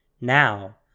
Now